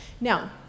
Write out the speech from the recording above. Now